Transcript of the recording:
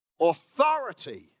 Authority